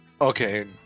okay